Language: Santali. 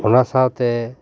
ᱚᱱᱟ ᱥᱟᱶᱛᱮ